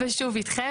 ושוב אתכם.